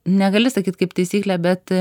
negali sakyt kaip taisyklė bet